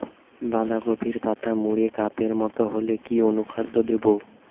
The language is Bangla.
বাঁধাকপির পাতা মুড়ে কাপের মতো হলে কি অনুখাদ্য দেবো?